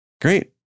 great